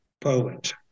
poet